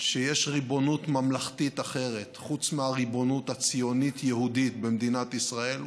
שיש ריבונות ממלכתית אחרת חוץ מהריבונות הציונית-יהודית במדינת ישראל,